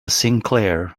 sinclair